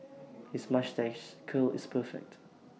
his moustache curl is perfect